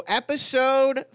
episode